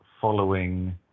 following